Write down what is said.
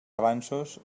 avanços